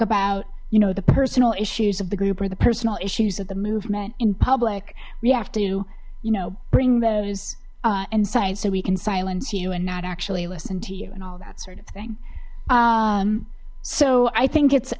about you know the personal issues of the group or the personal issues of the movement in public we have to you know bring those inside so we can silence you and not actually listen to you and all that sort of thing so i think it's